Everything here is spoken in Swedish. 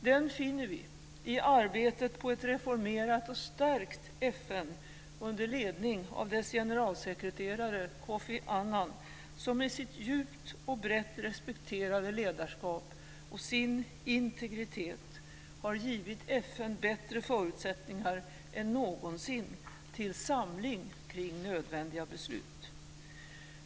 Den finner vi i arbetet på ett reformerat och stärkt FN, under ledning av dess generalsekreterare Kofi Annan, som med sitt djupt och brett respekterade ledarskap och sin integritet har givit FN bättre förutsättningar än någonsin till samling kring nödvändiga beslut.